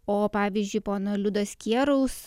o pavyzdžiui pono liudo skieraus